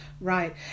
right